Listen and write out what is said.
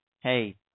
hey